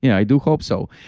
yeah i do hope so,